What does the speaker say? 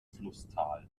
flusstal